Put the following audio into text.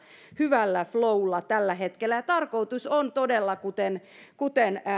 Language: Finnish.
hyvällä flowlla tällä hetkellä tarkoitus on todella kuten kuten